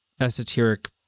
esoteric